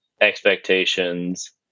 expectations